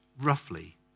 roughly